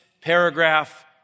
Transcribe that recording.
paragraph